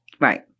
Right